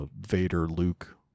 Vader-Luke